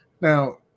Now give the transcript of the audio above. Now